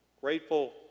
Grateful